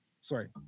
sorry